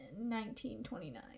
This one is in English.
1929